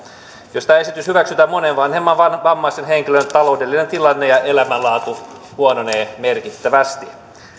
jos tämä esitys hyväksytään monen vanhemman vammaisen henkilön taloudellinen tilanne ja elämänlaatu huononevat merkittävästi